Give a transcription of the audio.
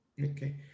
Okay